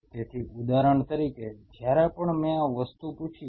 તેથી ઉદાહરણ તરીકે જ્યારે પણ મેં આ વસ્તુ પૂછી છે